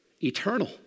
Eternal